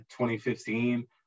2015